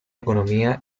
economía